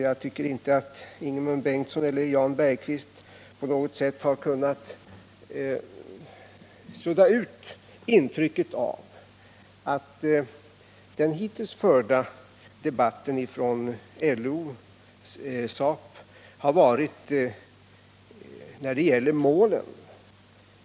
Jag tycker inte att Ingemund Bengtsson eller Jan Bergqvist på något sätt har kunnat sudda ut intrycket av att den hittills förda debatten från LO/SAP har varit förvirrande när det gäller målen.